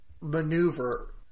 maneuver